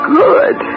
good